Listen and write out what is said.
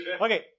Okay